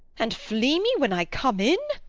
and flee me when i come in?